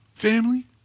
Family